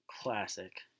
Classic